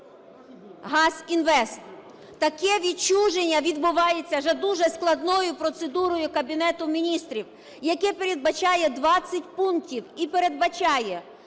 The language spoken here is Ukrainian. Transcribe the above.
"Газінвест". Таке відчуження відбувається за дуже складною процедурою Кабінету Міністрів, яка передбачає 20 пунктів, і передбачає: